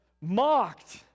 mocked